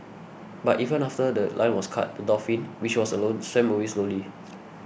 but even after The Line was cut the dolphin which was alone swam away slowly